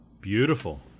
Beautiful